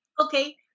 Okay